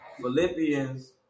Philippians